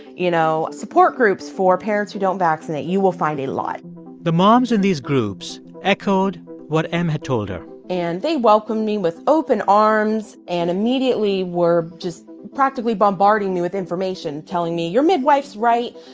you know, support groups for parents who don't vaccinate, you will find a lot the moms in these groups echoed what m had told her and they welcomed me with open arms and immediately were just practically bombarding me with information, telling me your midwife's right,